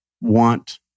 want